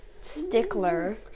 stickler